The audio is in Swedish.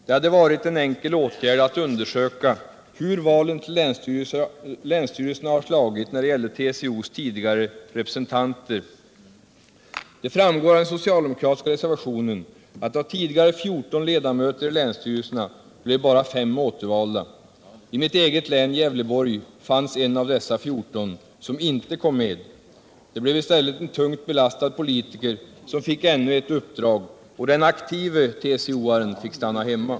Det hade varit en enkel åtgärd att undersöka hur valen till länsstyrelser hade slagit när det gäller TCO:s tidigare representanter. Det framgår av den socialdemokratiska reservationen att av tidigare fjorton ledamöter i länsstyrelserna blev bara fem återvalda. I mitt hemlän, Gävleborgs län, finns en av dessa fjorton som inte kom med. Det blev i stället en tungt belastad politiker som fick ännu ett uppdrag, och den aktive TCO-aren fick stanna hemma.